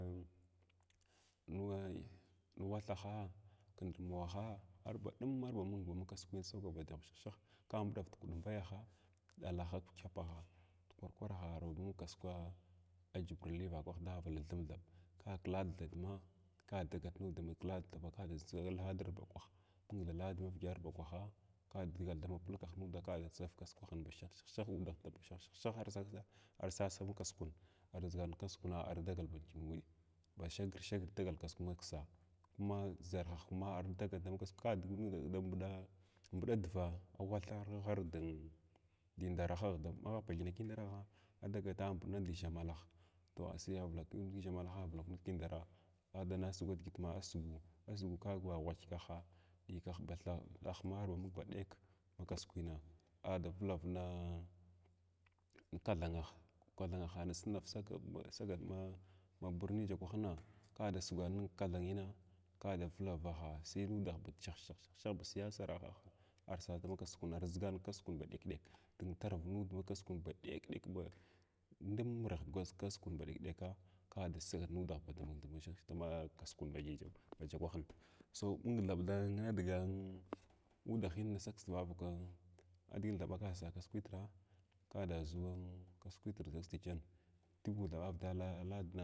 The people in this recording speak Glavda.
Ugh mung-mung watha haa, kindumuwahaa, ar arbadum arbamung ma kasuk nrsagaw di shelishehaa ka bu mbuɗur da kudmbayahaa ɗalaha kuɗyelpaha da kww kwaraha ma kasukwa jubuvli vakwah da vala thum thab ka ki ladthabmlda ka dagat nud thub da ma ladthab kdaʒa ladir thab vak wah mungtha ladir avida arbakwaha dagal da ma pulkaha kdaʒar kusukwah shashashah udah ba shah shah shah arsa sama kasku arzigan kasukwa ardagal bakyuwuy ba shagrshagr dagal kasuk maksa kuma zarhah kuma ardagal dama kasuk ka dug nud nda mbɗa dvaa a wathahr ndi ndarahagh kal agh bathini kaɗarahah a dyatu a mbudina diʒhi malahh toh asii arilak nud ki iʒh makh vikk nud kindaraa ana sa sugwa digidma a sugu kagwa, ghwachkaha, ɗikaha thahaa arba mung ba ɗeka ma kaskwina a davilav naa kathana kathanahan naʒ nafsak sagad ma burni ajakwahin ka ada sugwan ka thangina ka da vulavaha su nudah ba sheh-shah shah baʒ ya sarahah olv sa da ma kasukwun arʒigan kasakun ba ɗek-ɗek dun tarav nud ma kasukun ba ɗek-ɗk ba um irighg ka sukna ba ɗek-ɗekg ku da sagad nudah nda ba she sheh makasukun ba ɗek ɗeka baja kwahin so mn thab nidiga udahin saksa vavakin adiginin thaba kasu kasuk kitra ka da ʒuu kasuk kiitr daʒ tan tun vagh davah kdina.